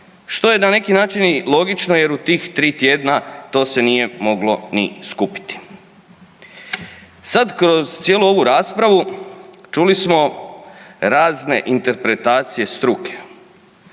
što je na neki način i logično jer u tih tri tjedna, to se nije moglo ni skupiti. Sad kroz cijelu ovu raspravu čuli smo razne interpretacije struke.